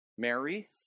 Mary